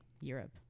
Europe